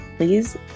Please